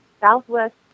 southwest